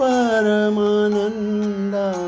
Paramananda